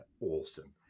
awesome